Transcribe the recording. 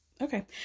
okay